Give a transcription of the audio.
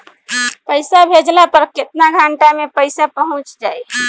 पैसा भेजला पर केतना घंटा मे पैसा चहुंप जाई?